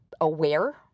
aware